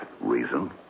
Reason